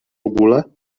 ogóle